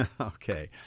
Okay